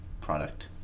product